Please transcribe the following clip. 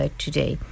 today